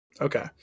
Okay